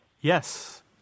Yes